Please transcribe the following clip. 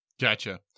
gotcha